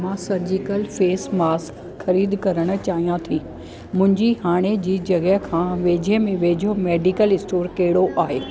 मां surgical face mask ख़रीदु करणु चाहियां थी मुंहिंजी हाणेजी जॻहि खां वेझे में वेझो मेडिकल स्टोर कहिड़ो आहे